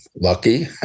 lucky